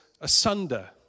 asunder